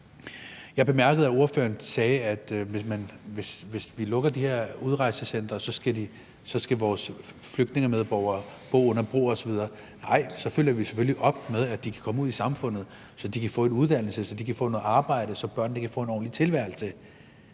Jeg bemærkede, at ordføreren sagde, at hvis vi lukker de her udrejsecentre, skal vores flygtningemedborgere bo under broer osv. Nej, så følger vi selvfølgelig op med, at de kan komme ud i samfundet, så de kan få en uddannelse, så de kan få noget arbejde, så børnene kan få en ordentlig tilværelse.